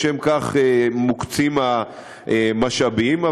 לשם כך מוקצים המשאבים.